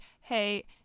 hey